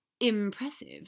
Impressive